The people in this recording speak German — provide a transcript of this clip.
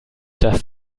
dass